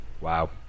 wow